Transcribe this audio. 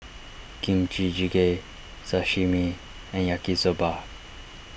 Kimchi Jjigae Sashimi and Yaki Soba